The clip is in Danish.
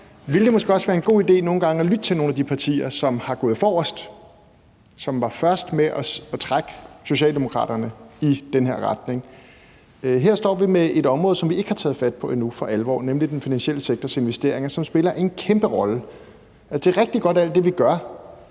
ville det måske også være en god idé nogle gange at lytte til nogle af de partier, som er gået forrest, og som var først med at trække Socialdemokraterne i den her retning. Her står vi med et område, som vi endnu ikke har taget fat på for alvor, nemlig den finansielle sektors investeringer, som spiller en kæmpe rolle. Alt det, vi gør, er rigtig godt, men der bliver